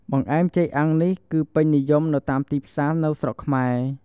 បង្អែមចេកអាំងនេះគឹពេញនិយមនៅតាមទីផ្សារនៅស្រុកខ្មែរ។